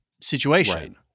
situation